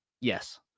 yes